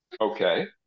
Okay